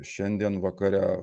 šiandien vakare